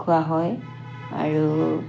খোৱা হয় আৰু